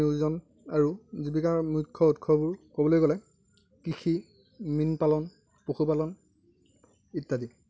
নিয়োজন আৰু জীৱিকাৰ মুখ্য় উৎসবোৰ ক'বলৈ গ'লে কৃষি মীনপালন পশুপালন ইত্য়াদি